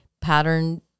pattern